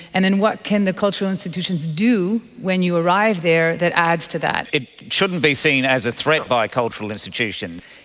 and then what can the cultural institutions do when you arrive there that adds to that? it shouldn't be seen as a threat by cultural institutions,